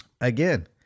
again